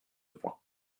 point